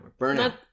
burnout